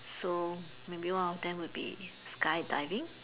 so maybe one of them would be sky diving